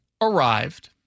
arrived